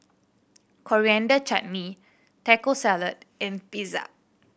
Coriander Chutney Taco Salad and Pizza